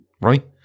Right